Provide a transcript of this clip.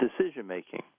decision-making